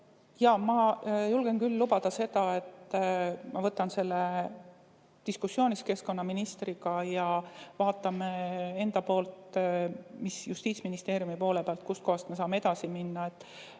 Jaa, ma julgen küll lubada seda, et ma võtan selle diskussiooniks keskkonnaministriga ja vaatame enda poolt, Justiitsministeeriumi poole pealt, kust kohast me saame edasi minna.